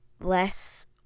less